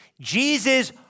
Jesus